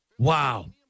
Wow